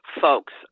folks